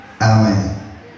Amen